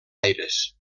aires